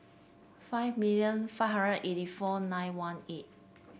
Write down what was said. five million five hundred eighty four nine one eight